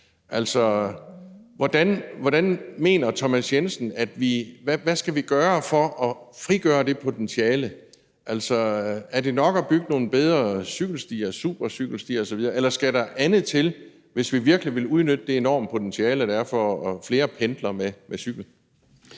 Hvad mener hr. Thomas Jensen vi skal gøre for at frigøre det potentiale? Altså, er det nok at bygge nogle bedre cykelstier, supercykelstier osv., eller skal der andet til, hvis vi virkelig vil udnytte det enorme potentiale, der er, for flere pendlere, der cykler?